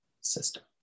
system